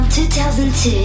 2002